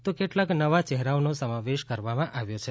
તો કેટલાક નવા ચહેરાઓનો સમાવેશ કરવામાં આયો છે